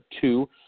two